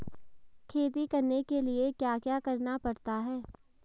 खेती करने के लिए क्या क्या करना पड़ता है?